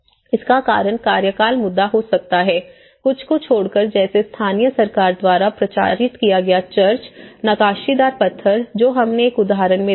इसका कारण कार्यकाल मुद्दा हो सकता है कुछ को छोड़कर जैसे स्थानीय सरकार द्वारा प्रचारित किया गया चर्च नक्काशीदार पत्थर जो हमने एक उदाहरण में देखा